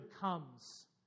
comes